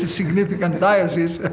significant diocese,